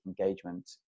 engagement